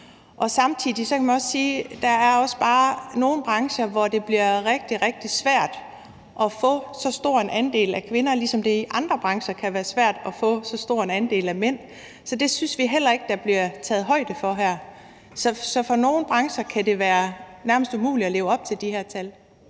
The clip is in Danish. Samtidig kan man sige, at der også bare er nogle brancher, hvor det bliver rigtig, rigtig svært at få så stor en andel af kvinder, ligesom det i andre brancher kan være svært at få så stor en andel af mænd. Det synes vi heller ikke der bliver taget højde for her. Så for nogle brancher kan det være nærmest umuligt at leve op til de her måltal.